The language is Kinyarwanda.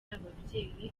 ababyeyi